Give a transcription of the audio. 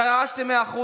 דרשתם 100%,